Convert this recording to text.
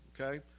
okay